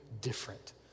different